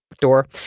door